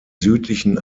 südlichen